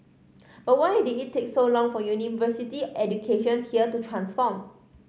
but why did it take so long for university education here to transform